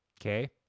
Okay